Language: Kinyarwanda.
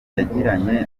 yagiranye